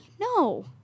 No